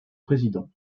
président